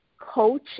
coach